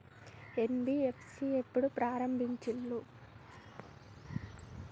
NBFC ఎప్పుడు ప్రారంభించిల్లు?